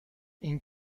این